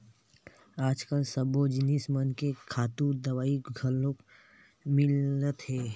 आजकाल सब्बो जिनिस मन के खातू दवई घलोक मिलत हे